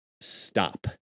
Stop